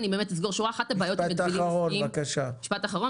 רשות הספנות והתחרות,